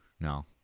no